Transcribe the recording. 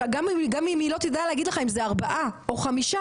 וגם אם היא לא תדע להגיד לך אם זה ארבעה או חמישה